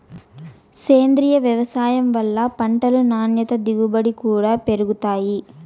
సేంద్రీయ వ్యవసాయం వల్ల పంటలు నాణ్యత దిగుబడి కూడా పెరుగుతాయి